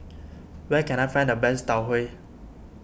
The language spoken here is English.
where can I find the best Tau Huay